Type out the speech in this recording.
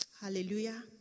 Hallelujah